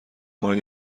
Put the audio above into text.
کنید